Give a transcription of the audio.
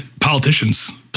politicians